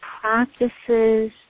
practices